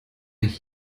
ich